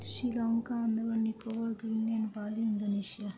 Sri Lanka Andaman Nicobar Greenland Bali Indonesia